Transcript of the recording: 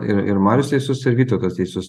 ir ir marius teisus ir vytautas teisus